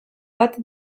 bat